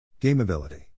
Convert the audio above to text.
Gameability